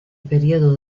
periodo